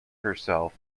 herself